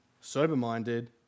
sober-minded